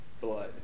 blood